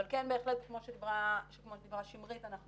אבל כן בהחלט כמו שאמרה שמרית אנחנו